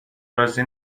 راضی